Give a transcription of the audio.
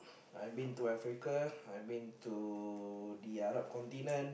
I've been to Africa I've been to the Arab continent